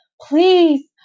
Please